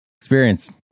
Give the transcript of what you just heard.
Experience